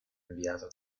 inviato